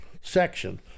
section